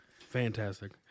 Fantastic